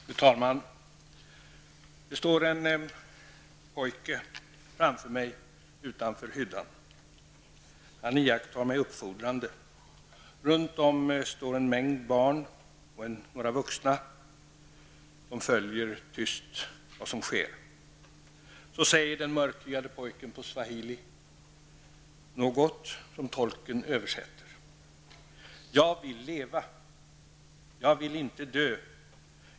Fru talman! Det står en pojke framför mig utanför hyddan. Han iakttar mig uppfordrande. Runt om mig står en mängd barn och några vuxna. De följer tyst vad som sker. Så säger den mörkhyade pojken något på swahili något som tolken översätter: Jag vill leva. Jag vill inte dö.